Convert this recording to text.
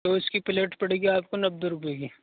تو اس کی پلیٹ پڑے گی آپ کو نبے روپئے کی